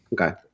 Okay